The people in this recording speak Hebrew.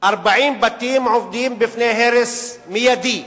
40 בתים עומדים בפני הרס מיידי,